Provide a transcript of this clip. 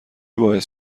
باعث